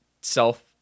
self